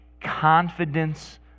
confidence